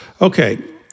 okay